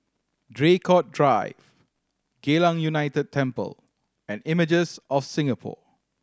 Draycott Drive Geylang United Temple and Images of Singapore